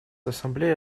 ассамблея